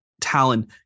talon